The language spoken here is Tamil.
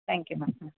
தேங்க் யூ மேம் ம்